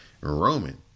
Roman